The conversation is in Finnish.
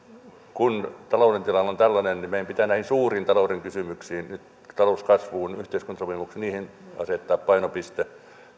kun talouden tilanne on tällainen niin meidän pitää näihin suuriin talouden kysymyksiin talouskasvuun yhteiskuntasopimukseen asettaa painopiste